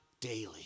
daily